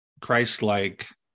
Christ-like